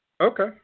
Okay